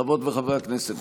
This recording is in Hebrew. חברות וחברי הכנסת,